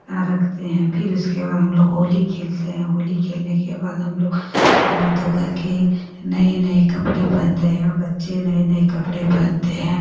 अपना रखते हैं फिर इसके बाद हम लोग होली खेलते हैं होली खेलने के बाद हम लोग नहा धोकर के नए नए कपड़े पहनते हैं और बच्चे नए नए कपड़े पहनते हैं